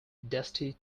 dusty